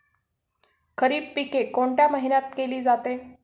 खरीप पिके कोणत्या महिन्यात केली जाते?